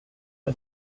for